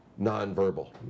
nonverbal